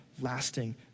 lasting